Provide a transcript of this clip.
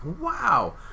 Wow